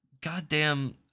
goddamn